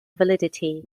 validity